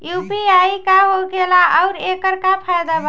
UPI का होखेला आउर एकर का फायदा बा?